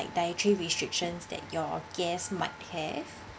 dietary restrictions that your guests might have